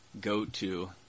go-to